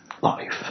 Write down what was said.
life